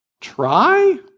try